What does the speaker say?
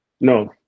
No